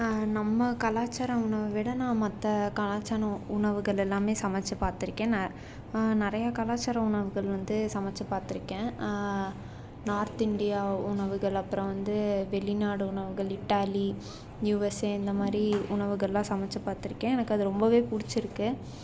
நம்ம கலாச்சார உணவை விட நான் மற்ற கலாச்சாரம் உணவுகள் எல்லாமே சமைச்சி பார்த்துருக்கேன் ந நிறையா கலாச்சார உணவுகள் வந்து சமைச்சி பார்த்துருக்கேன் நார்த் இண்டியா உணவுகள் அப்புறம் வந்து வெளிநாடு உணவுகள் இட்டாலி யூஎஸ்ஏ இந்த மாதிரி உணவுகளெலாம் சமைச்சி பார்த்துருக்கேன் எனக்கு அது ரொம்பவே புடிச்சிருக்கு